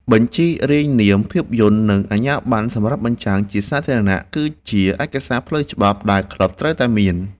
បញ្ជីរាយនាមភាពយន្ត និងអាជ្ញាបណ្ណសម្រាប់បញ្ចាំងជាសាធារណៈ គឺជាឯកសារផ្លូវច្បាប់ដែលក្លឹបត្រូវតែមាន។